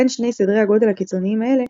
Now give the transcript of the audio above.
בין שני סדרי הגודל הקיצוניים האלה,